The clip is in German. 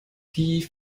die